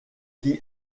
qui